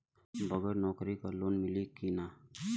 बगर नौकरी क लोन मिली कि ना?